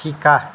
শিকা